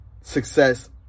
success